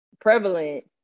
prevalent